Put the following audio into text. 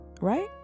right